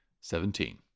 seventeen